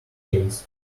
case